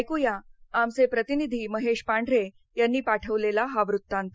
ऐकूया आमचे प्रतिनिधी महेश पांढरे यांनी पाठवलेला हा वृत्तांत